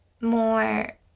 more